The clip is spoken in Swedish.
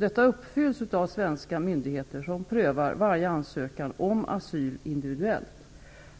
Detta uppfylls av svenska myndigheter som prövar varje ansökan om asyl individuellt.